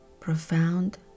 Profound